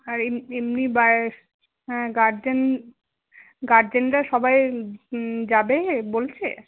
আর এমনি হ্যাঁ গার্জেন গার্জেনরা সবাই যাবে বলছে